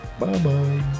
Bye-bye